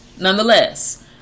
Nonetheless